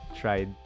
tried